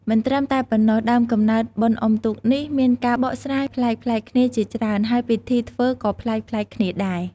មិនត្រឹមតែប៉ុណ្ណោះ ដើមកំណើតបុណ្យអុំទូកនេះ មានការបកស្រាយប្លែកៗគ្នាជាច្រើន ហើយពិធីធ្វើក៏ប្លែកៗគ្នាដែរ។